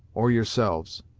or yourselves.